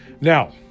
Now